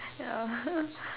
ya